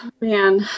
Man